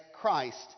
Christ